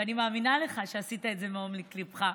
ואני מאמינה לך שעשית את זה מעומק ליבך.